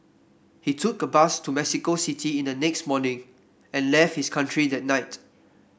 he took a bus to Mexico City in the next morning and left his country that night